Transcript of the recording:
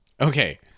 Okay